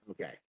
Okay